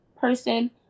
person